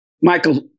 michael